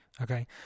Okay